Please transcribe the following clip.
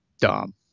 dumb